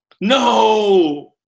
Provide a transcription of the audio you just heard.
No